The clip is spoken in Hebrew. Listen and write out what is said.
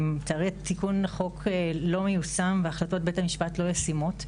לצערי התיקון לחוק לא מיושם והחלטות בית המשפט לא ישימות.